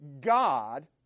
God